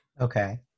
Okay